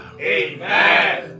Amen